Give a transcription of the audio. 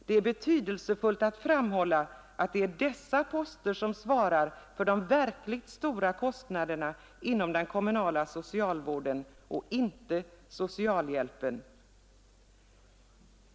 Det är betydelsefullt att framhålla att det är dessa poster som svarar för de verkligt stora kostnaderna inom den kommunala socialvården och inte socialhjälpen.